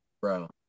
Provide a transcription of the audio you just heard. bro